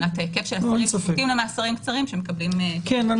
מבחינת היקף של שפוטים למאסרים קצרים שמקבלים --- כן,